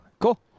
Cool